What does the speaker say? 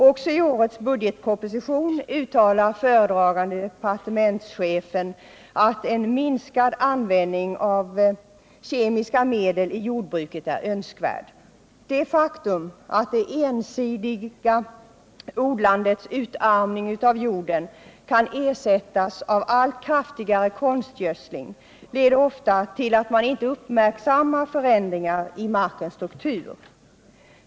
Också i årets budgetproposition uttalar föredragande departementschefen att en minskad användning av kemiska medel i jordbruket är önskvärd. Det faktum att det ensidiga odlandets utarmning av jorden kan ersättas av allt kraftigare konstgödsling leder ofta till att man inte uppmärksammar förändringar i markens struktur.